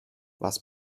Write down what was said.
was